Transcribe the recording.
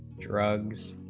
drugs